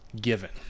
given